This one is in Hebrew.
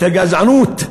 את הגזענות,